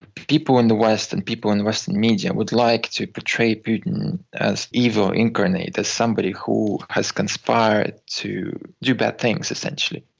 people in the west and people in the western media would like to portray putin as evil incarnate, as somebody who has conspired to do bad things essentially.